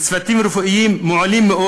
וצוותים רפואיים מעולים,